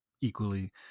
equally